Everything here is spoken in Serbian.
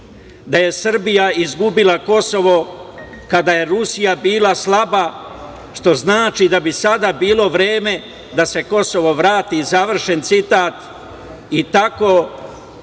da je Srbija izgubila Kosovo kada je Rusija bila slaba, što znači da bi sada bilo vreme da se Kosovo vrati, završen citat i tako